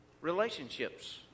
relationships